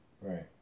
right